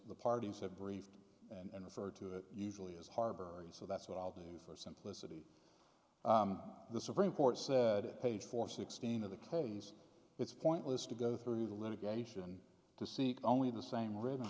the parties have briefed and referred to it usually as harbor so that's what i'll do for simplicity the supreme court said page four sixteen of the case it's pointless to go through the litigation to seek only the same rhythm